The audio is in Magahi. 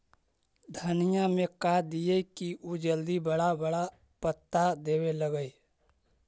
धनिया में का दियै कि उ जल्दी बड़ा बड़ा पता देवे लगै?